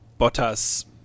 Bottas